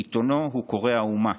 לעיתונו הוא קורא "האומה",